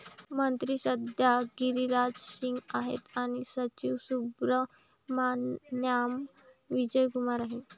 मंत्री सध्या श्री गिरिराज सिंग आहेत आणि सचिव सुब्रहमान्याम विजय कुमार आहेत